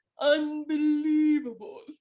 unbelievable